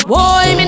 Boy